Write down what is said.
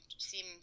Seem